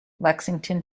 lexington